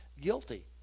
guilty